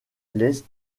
l’est